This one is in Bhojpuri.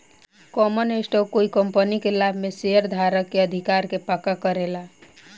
कॉमन स्टॉक कोइ कंपनी के लाभ में शेयरधारक के अधिकार के पक्का करेला